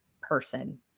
person